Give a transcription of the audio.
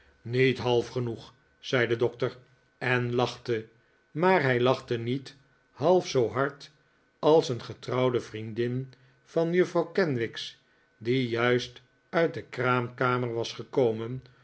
niet half genoeg zei de dokter en lachte maar hij lachte niet half zoo hard als een getrouwde vriendin van juffrouw kenwigs die juist uit de kraamkamer was gekomen